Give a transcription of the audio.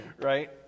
Right